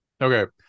Okay